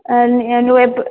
నువ్వు